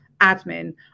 admin